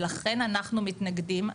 ולכן אנחנו מתנגדים.